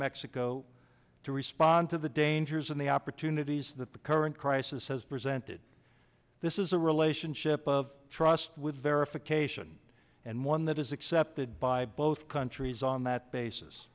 mexico to respond to the dangers and the opportunities that the current crisis has presented this is a relationship of trust with verification and one that is accepted by both countries on that basis